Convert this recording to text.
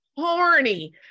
horny